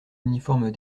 uniforme